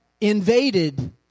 invaded